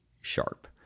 sharp